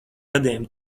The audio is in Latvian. gadiem